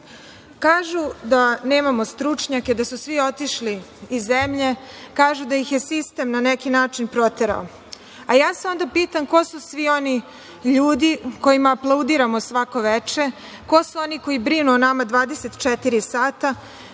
da nemamo stručnjake, da su svi otišli iz zemlje, kažu da ih je sistem na neki način proterao, a onda se pitam ko su svi oni ljudi kojima aplaudiramo svako veče, ko su oni koji brinu o nama 24 sata,